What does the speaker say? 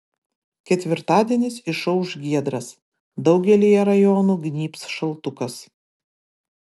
ketvirtadienis išauš giedras daugelyje rajonų gnybs šaltukas